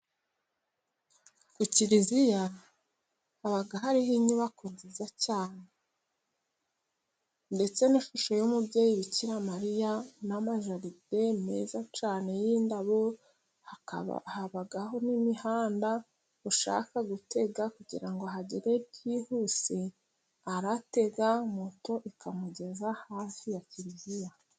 Ku kiriziya haba hariho inyubako nziza cyane， ndetse n'ishusho y'umubyeyi bikiramaliya, n’amajaride meza cyane y’indabo, habayo n'imihanda ushaka gutega kugira ngo ahagere byihuse，aratega moto ikamugeza hafi ya kiliziya.